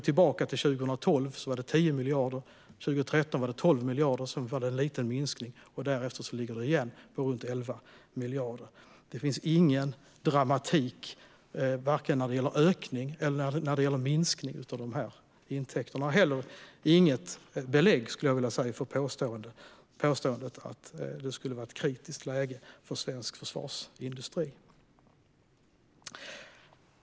2012 var de 10 miljarder, 2013 var de 12 miljarder, sedan var det en liten minskning och därefter låg de igen på runt 11 miljarder. Det finns ingen dramatik vare sig när det gäller ökning eller minskning av de här intäkterna, och det finns heller inget belägg för påståendet att det skulle vara ett kritiskt läge för svensk försvarsindustri.